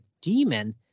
demon